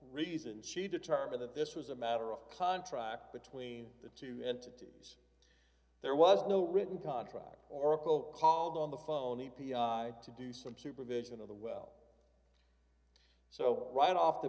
reason she determined that this was a matter of contract between the two entities there was no written contract oracle called on the phone e p i to do some supervision of the well so right off the